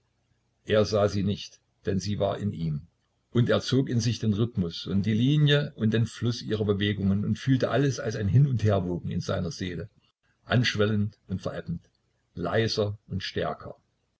er sah sie nicht denn sie war in ihm und er zog in sich den rhythmus und die linie und den fluß ihrer bewegungen und fühlte alles als ein hin und herwogen in seiner seele anschwellend und verebbend leiser und stärker